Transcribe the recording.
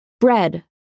Bread